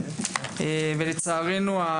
ולצערנו,